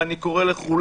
ואני קורא לכולם,